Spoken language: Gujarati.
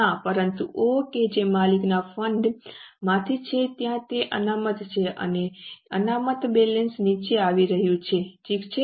ના પરંતુ O કે જે માલિકના ફંડ માંથી છે ત્યાં એક અનામત છે જે અનામત બેલેન્સ નીચે આવી રહ્યું છે ઠીક છે